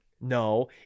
No